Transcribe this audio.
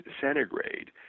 centigrade